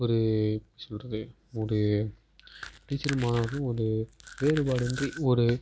ஒரு எப்படி சொல்கிறது ஒரு டீச்சரும் மாணவர்களும் ஒரு வேறுபாடின்றி ஒரு